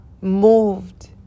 moved